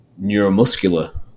neuromuscular